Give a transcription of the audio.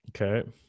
Okay